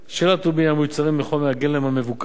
של הטובין המיוצרים מחומר הגלם המבוקש,